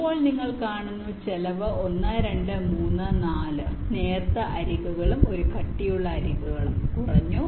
ഇപ്പോൾ നിങ്ങൾ കാണുന്നു ചെലവ് 1 2 3 4 നേർത്ത അരികുകളും ഒരു കട്ടിയുള്ള അരികുകളും കുറഞ്ഞു